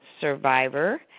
Survivor